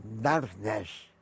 darkness